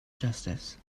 justice